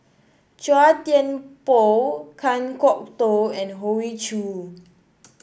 Chua Thian Poh Kan Kwok Toh and Hoey Choo